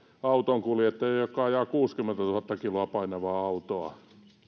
autonkuljettajia jotka ajavat kuusikymmentätuhatta kiloa painavaa autoa